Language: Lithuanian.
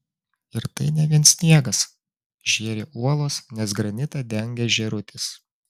ir tai ne vien sniegas žėri uolos nes granitą dengia žėrutis